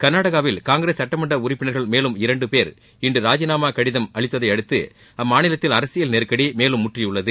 கர்நாடகாவில் காங்கிரஸ் சட்டமன்ற உறுப்பினர்கள் மேலும் இரண்டு பேர் இன்று ராஜினாமா கடிதம் அளித்ததையடுத்து அம்மாநிலத்தில் அரசியல் நெருக்கடி மேலம் முற்றியுள்ளது